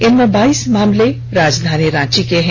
इनमें बाईस मामले राजधानी रांची के हैं